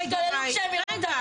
רגע מאי רגע,